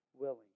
willing